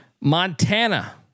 Montana